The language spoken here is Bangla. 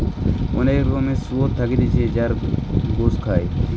অনেক রকমের শুয়োর থাকতিছে যার গোস খায়